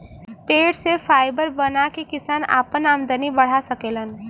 पेड़ से फाइबर बना के किसान आपन आमदनी बढ़ा सकेलन